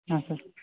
ಹಾಂ ಸರ್